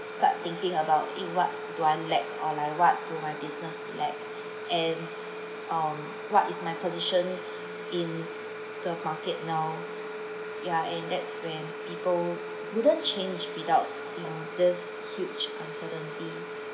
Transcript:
start thinking about eh what do I lack or like what do my business lack and um what is my position in the market now ya and that's when people wouldn't change without you know this huge uncertainty